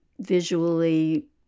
visually